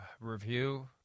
review